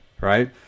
right